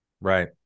Right